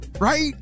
right